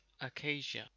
acacia